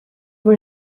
were